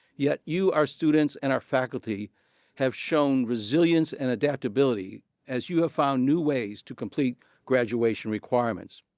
yet you, our students, and our faculty have shown resilience and adaptability as you have found new ways to complete graduation requirements.